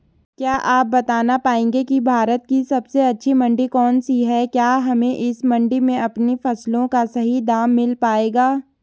क्या आप बताना पाएंगे कि भारत की सबसे अच्छी मंडी कौन सी है क्या हमें इस मंडी में अपनी फसलों का सही दाम मिल पायेगा?